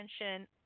attention